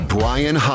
Brian